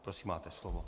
Prosím, máte slovo.